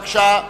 בבקשה.